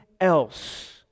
else